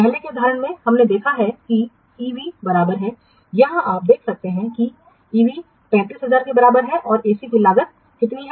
पहले के उदाहरण में हमने देखा है कि ईवी बराबर है यहां आप देख सकते हैं कि ईवी 35000 के बराबर है और एसी की लागत कितनी है